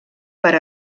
per